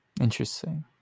Interesting